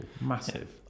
massive